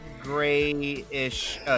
grayish